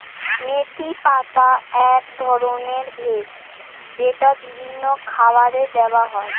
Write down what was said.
মেথির পাতা এক ধরনের ভেষজ যেটা বিভিন্ন খাবারে দেওয়া হয়